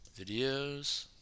videos